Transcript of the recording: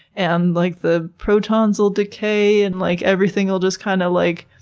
and like the protons will decay, and like everything will just kind of like.